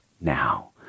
now